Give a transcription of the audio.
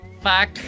Fuck